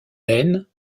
laine